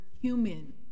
human